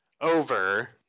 Over